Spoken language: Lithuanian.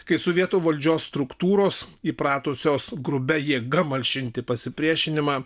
kai sovietų valdžios struktūros įpratusios grubia jėga malšinti pasipriešinimą